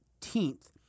18th